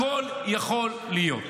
הכול יכול להיות,